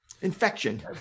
infection